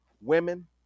Women